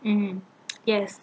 mm yes